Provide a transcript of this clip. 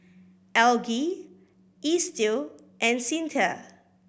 Algie Estill and Cyntha